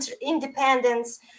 independence